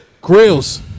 grills